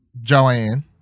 Joanne